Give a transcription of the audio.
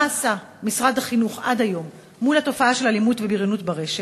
מה עשה משרד החינוך עד היום מול התופעה של אלימות ובריונות ברשת?